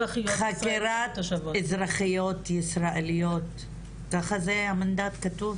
חקירת אזרחיות ישראליות, ככה זה המנדט כתוב?